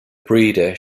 breeder